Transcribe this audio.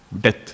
death